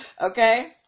okay